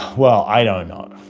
well, i don't know.